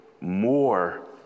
more